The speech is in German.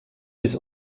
bis